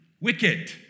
wicked